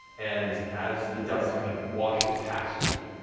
and as the dust kind of washes past you,